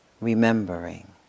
remembering